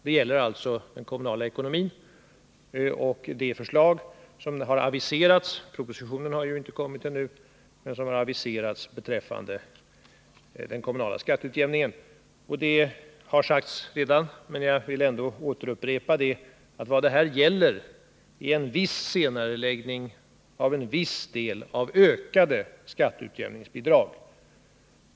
Det gäller alltså den kommunala ekonomin och de förslag som har aviserats beträffande den kommunala skatteutjämningen. Propositionen har ju inte kommit ännu. Man har redan sagt, men jag vill upprepa det, att vad det här gäller är en viss senareläggning av en viss del av ökade skatteutjämningsbidrag.